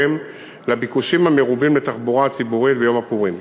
לביקושים המרובים בתחבורה הציבורית ביום הפורים.